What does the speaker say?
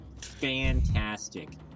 fantastic